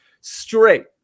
straight